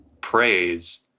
praise